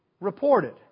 reported